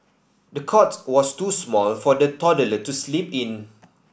the cot was too small for the toddler to sleep in